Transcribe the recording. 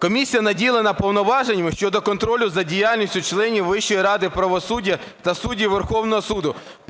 Комісія наділена повноваженнями щодо контролю за діяльністю членів Вищої ради правосуддя та суддів Верховного Суду,